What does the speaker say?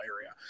area